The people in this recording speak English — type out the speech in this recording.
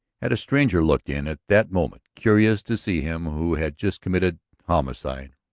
had a stranger looked in at that moment, curious to see him who had just committed homicide.